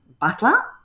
Butler